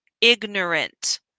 ignorant